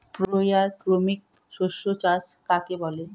পর্যায়ক্রমিক শস্য চাষ কাকে বলে?